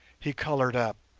he coloured up,